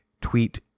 tweet